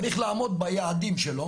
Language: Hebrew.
צריך לעמוד ביעדים שלו